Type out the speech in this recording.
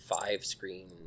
five-screen